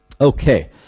Okay